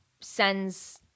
sends